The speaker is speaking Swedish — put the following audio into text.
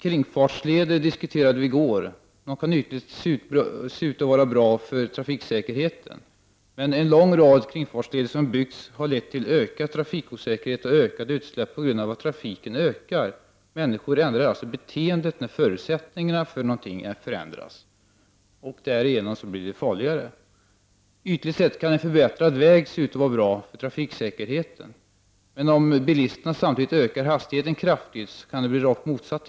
Kringfartsleder, som vi diskuterade i går, kan naturligtvis tyckas vara bra för trafiksäkerheten. Men en lång rad av de kringfartsleder som byggts har lett till att utsläppen och trafikosäkerheten har ökat på grund av att trafiken ökar. Människor ändrar alltså beteendet när förutsättningarna för någonting förändras och det blir därigenom farligare. Ytligt sett kan en förbättrad väg se ut att vara bra för trafiksäkerheten. Men om bilisterna samtidigt ökar hastigheten kraftigt, kan effekten bli rakt motsatt.